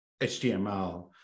HTML